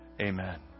Amen